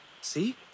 see